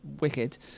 wicked